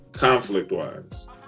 Conflict-wise